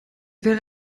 wäre